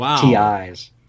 TIs